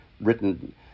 written